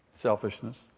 Selfishness